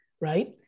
right